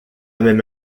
même